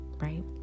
Right